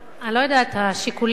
אני לא יודעת, השיקולים